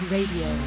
Radio